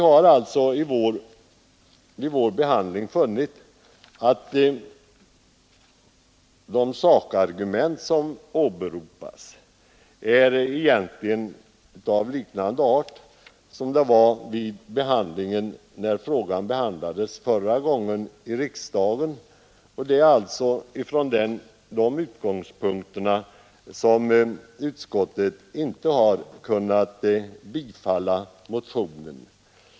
Utskottet har vid sin behandling funnit att de sakargument som åberopas egentligen liknar dem som framfördes när frågan behandlades i riksdagen förra gången. Det är från de utgångspunkterna som utskottet inte har kunnat bifalla motionen.